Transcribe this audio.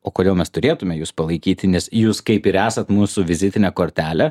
o kodėl mes turėtume jus palaikyti nes jūs kaip ir esat mūsų vizitinė kortelė